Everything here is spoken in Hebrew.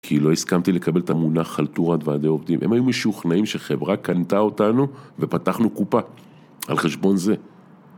כי לא הסכמתי לקבל את המונח חלטורת ועדי עובדים. הם היו משוכנעים שחברה קנתה אותנו ופתחנו קופה על חשבון זה.